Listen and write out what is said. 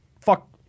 Fuck